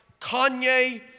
Kanye